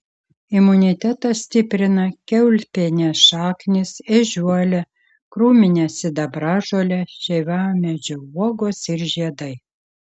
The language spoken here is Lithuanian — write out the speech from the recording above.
imunitetą stiprina kiaulpienės šaknys ežiuolė krūminė sidabražolė šeivamedžio uogos ir žiedai